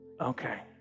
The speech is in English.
Okay